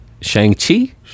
Shang-Chi